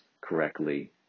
correctly